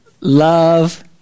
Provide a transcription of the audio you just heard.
Love